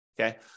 okay